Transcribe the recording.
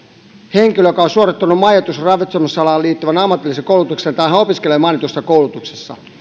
henkilö joka on suorittanut majoitus ja ravitsemusalaan liittyvän ammatillisen koulutuksen tai hän opiskelee mainitussa koulutuksessa